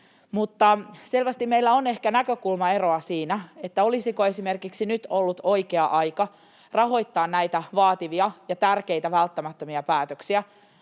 Mutta selvästi meillä on ehkä näkökulmaeroa esimerkiksi siinä, olisiko nyt ollut oikea aika rahoittaa näitä vaativia ja tärkeitä, välttämättömiä, päätöksiä